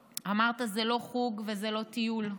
אמרת: זה לא חוג וזה לא טיול,